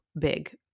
big